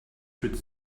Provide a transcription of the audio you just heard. through